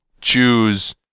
choose